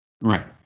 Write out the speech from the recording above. Right